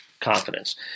confidence